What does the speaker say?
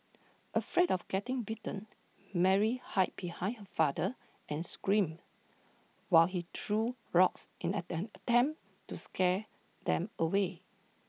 afraid of getting bitten Mary hide behind her father and screamed while he threw rocks in an attain attempt to scare them away